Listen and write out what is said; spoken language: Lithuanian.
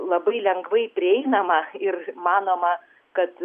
labai lengvai prieinama ir manoma kad